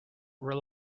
rely